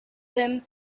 him